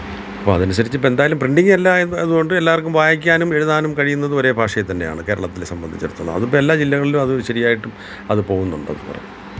അപ്പം അതനുസരിച്ച് ഇപ്പം എന്തായാലും പ്രിന്റിങ്ങ് എല്ലാം ഇപ് അതുകൊണ്ട് എല്ലാവര്ക്കും വായിക്കാനും എഴുതാനും കഴിയുന്നത് ഒരേ ഭാഷയിൽ തന്നെയാണ് കേരളത്തിലെ സംബന്ധിച്ചിടത്തോളം അതിപ്പം എല്ലാ ജില്ലകളിലും അത് ഒരു ശരി ആയിട്ട് അത് പോവുന്നുണ്ടത് പറ